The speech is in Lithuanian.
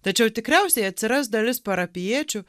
tačiau tikriausiai atsiras dalis parapijiečių